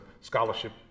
scholarship